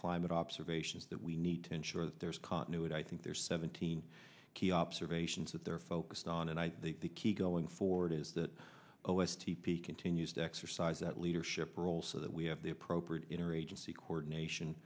climate observations that we need to ensure that there's continuity i think there's seventeen key observations that they're focused on and i think the key going forward is that o s t p continues to exercise that leadership role so that we have the appropriate interagency coordination